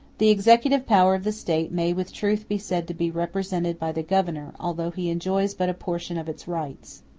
the executive power of the state may with truth be said to be represented by the governor, although he enjoys but a portion of its rights.